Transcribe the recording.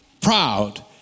proud